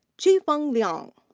qifeng liang.